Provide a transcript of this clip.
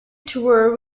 tour